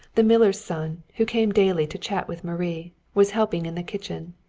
the miller's son, who came daily to chat with marie, was helping in the kitchen.